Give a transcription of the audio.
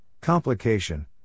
complication